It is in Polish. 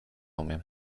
umiem